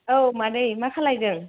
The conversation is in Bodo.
औ मादै मा खालायदों